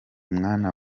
mwana